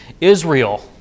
Israel